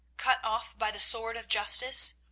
cut off by the sword of justice?